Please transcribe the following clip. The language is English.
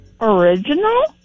Original